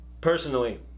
personally